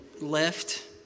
left